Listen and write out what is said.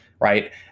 right